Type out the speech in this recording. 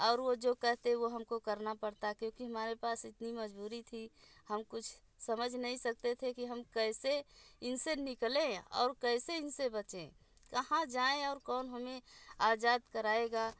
और वो जो कहते वो हम को करना पड़ता क्योंकि हमारे पास इतनी मजबूरी थी हम कुछ समझ नहीं सकते थे कि हम कैसे इन से निकलें और कैसे इन से बचें कहाँ जाएँ और कौन हमें आज़ाद कराएगा